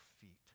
feet